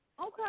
Okay